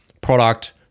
product